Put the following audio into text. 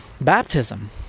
Baptism